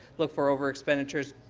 look for overexpenditures,